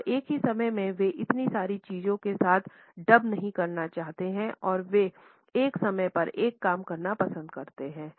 और एक ही समय में वे इतनी सारी चीजों के साथ डब नहीं करना चाहते हैं और वे एक समय में एक काम करना पसंद करते हैं